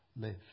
live